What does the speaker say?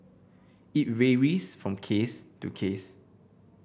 it varies from case to case